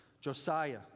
Josiah